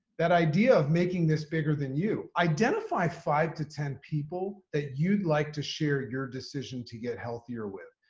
that idea of making this bigger than you, identify five to ten people that you'd like to share your decision to get healthier with.